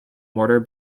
mortar